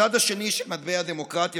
הצד השני של מטבע הדמוקרטיה,